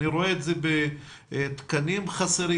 אני רואה את זה בתקנים חסרים,